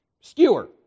skewer